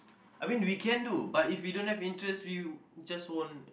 I mean we can do but if we don't have interest we just won't